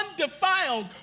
undefiled